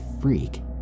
freak